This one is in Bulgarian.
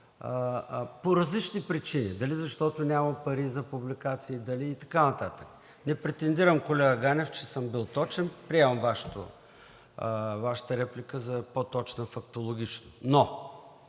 по различни причини – дали защото няма пари за публикации и така нататък. Не претендирам, колега Ганев, че съм бил точен. Приемам Вашата реплика за по-точна фактологичност,